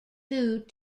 food